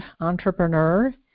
entrepreneur